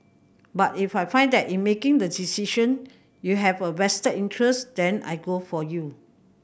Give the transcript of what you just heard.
but if I find that in making the decision you have a vested interest then I go for you